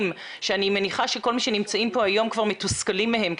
שאני מניחה שכל מי שנמצאים כאן היום כבר מתוסכלים מהם,